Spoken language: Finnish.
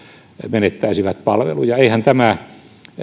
menettäisivät palveluja eihän tämä